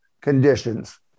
conditions